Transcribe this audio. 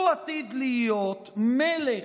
הוא עתיד להיות מלך